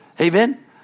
Amen